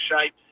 shapes